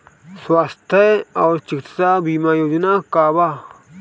स्वस्थ और चिकित्सा बीमा योजना का बा?